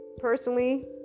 Personally